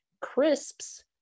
crisps